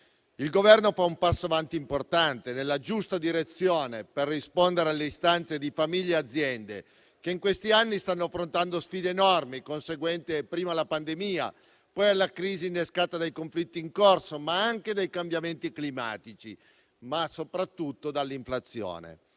il Governo fa un passo avanti importante nella giusta direzione, per rispondere alle istanze di famiglie e aziende, che in questi anni stanno affrontando sfide enormi, conseguenti prima alla pandemia e poi alla crisi innescata dai conflitti in corso, ma anche dai cambiamenti climatici e soprattutto dall’inflazione.